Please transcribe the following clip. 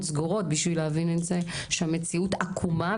סגורות בשביל להבין את זה שהמציאות עקומה,